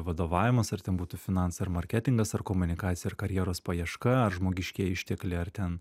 vadovavimas ar ten būtų finansai ar marketingas ar komunikacija ar karjeros paieška ar žmogiškieji ištekliai ar ten